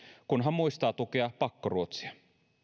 kunhan muistaa tukea pakkoruotsia